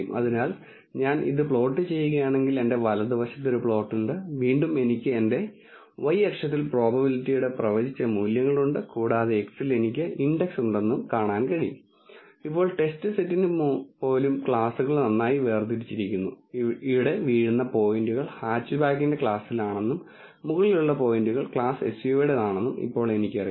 അതിനാൽ ഞാൻ ഇത് പ്ലോട്ട് ചെയ്യുകയാണെങ്കിൽ എന്റെ വലതുവശത്ത് പ്ലോട്ട് ഉണ്ട് വീണ്ടും എനിക്ക് എന്റെ y അക്ഷത്തിൽ പ്രോബബിലിറ്റിയുടെ പ്രവചിച്ച മൂല്യങ്ങളുണ്ട് കൂടാതെ x ൽ എനിക്ക് ഇൻഡക്സ് ഉണ്ടെന്ന് കാണാനും കഴിയും ഇപ്പോൾ ടെസ്റ്റ് സെറ്റിന് പോലും ക്ലാസുകൾ നന്നായി വേർതിരിച്ചിരിക്കുന്നു ഇവിടെ വീഴുന്ന പോയിന്റുകൾ ഹാച്ച്ബാക്കിന്റെ ക്ലാസിലാണെന്നും മുകളിലുള്ള പോയിന്റുകൾ ക്ലാസ് എസ്യുവിയുടേതാണെന്നും ഇപ്പോൾ എനിക്കറിയാം